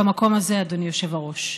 במקום הזה, אדוני היושב-ראש.